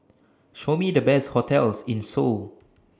Show Me The Best hotels in Seoul